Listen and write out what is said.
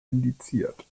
indiziert